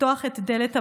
לפתוח את דלת הבית.